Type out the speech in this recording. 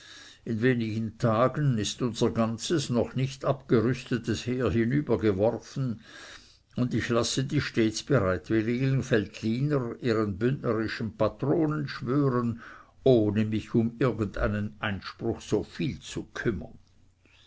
in wenig tagen ist unser ganzes noch nicht abgerüstetes heer hinübergeworfen und ich lasse die stets bereitwilligen veltliner ihren bündnerischen patronen schwören ohne mich um irgendeinen einspruch so viel zu kümmern